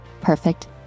Perfect